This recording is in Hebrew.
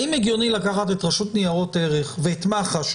האם הגיוני לקחת את הרשות לניירות ערך ואת מח"ש,